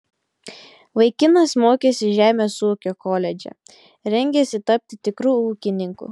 vaikinas mokėsi žemės ūkio koledže rengėsi tapti tikru ūkininku